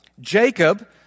Jacob